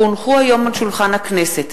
כי הונחו היום על שולחן הכנסת,